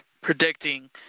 predicting